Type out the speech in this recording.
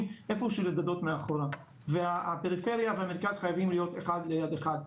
איפה שהוא לדדות מאחורה והפריפריה והמרכז חייבים להיות אחד ליד אחד.